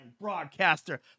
broadcaster